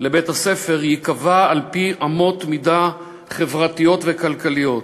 לבית-ספר ייקבע על-פי אמות מידה חברתיות וכלכליות.